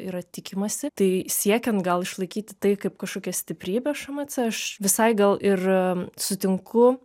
yra tikimasi tai siekiant gal išlaikyti tai kaip kažkokią stiprybę šmc aš visai gal ir sutinku